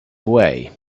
away